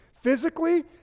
Physically